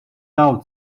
out